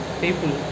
people